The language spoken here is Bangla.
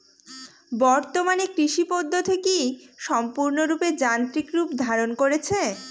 বর্তমানে কৃষি পদ্ধতি কি সম্পূর্ণরূপে যান্ত্রিক রূপ ধারণ করেছে?